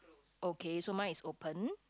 okay so mine is open